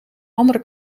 andere